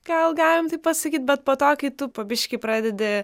gal galim taip pasakyti bet po to kai tu po biškį pradedi